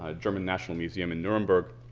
ah german national museum in nuremberg.